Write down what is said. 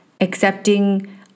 accepting